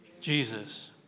Jesus